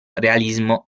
realismo